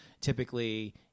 typically